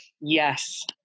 Yes